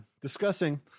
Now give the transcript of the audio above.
discussing